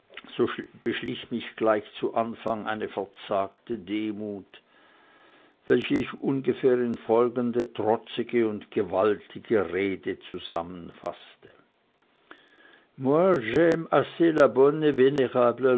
beschlich mich gleich im anfange eine verzagte demut welche ich ungefähr in folgende trotzige und gewaltige rede zusammenfaßte